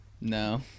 No